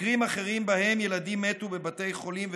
מקרים אחרים שבהם ילדים מתו בבתי חולים,